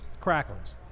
cracklings